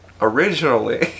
Originally